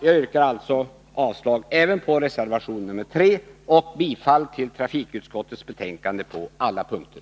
Jag yrkar alltså avslag även på reservation nr 3 och bifall till trafikutskottets betänkande på alla punkter.